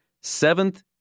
seventh